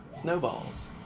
snowballs